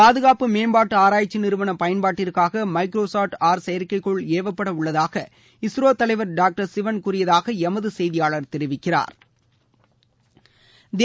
பாதுகாப்பு மேம்பாட்டு ஆராய்ச்சி நிறுவன பயன்பாட்டிற்காக மைக்ரோ சாட் ஆர் செயற்கைகோள் ஏவப்பட உள்ளதாக இஸ்ரோ தலைவர் டாக்டர் சிவன் கூறியதாக எமது செய்தியாளர் தெரிவிக்கிறா்